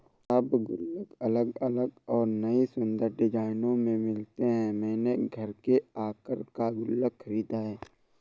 अब गुल्लक अलग अलग और नयी सुन्दर डिज़ाइनों में मिलते हैं मैंने घर के आकर का गुल्लक खरीदा है